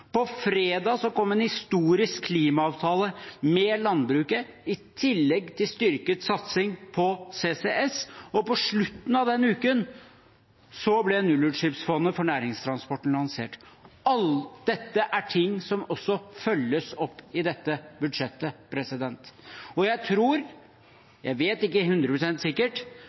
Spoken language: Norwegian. skipsfart, fredag kom en historisk klimaavtale med landbruket, i tillegg til styrket satsing på CCS, og på slutten av den uken ble nullutslippsfondet for næringstransporten lansert. Dette er ting som også følges opp i dette budsjettet. Jeg vet det ikke 100 pst. sikkert,